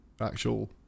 actual